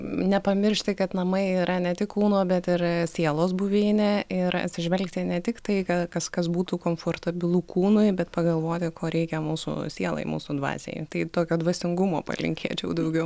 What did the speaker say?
nepamiršti kad namai yra ne tik kūno bet ir sielos buveinė ir atsižvelgti ne tik tai kas kas būtų komfortabilu kūnui bet pagalvoti ko reikia mūsų sielai mūsų dvasiai tai tokio dvasingumo palinkėčiau daugiau